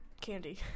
candy